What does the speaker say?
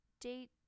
date